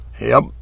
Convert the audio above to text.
Yep